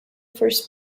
first